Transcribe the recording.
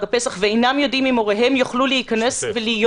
הפסח ואינם יודעים אם הוריהם יוכלו להיות בחופה,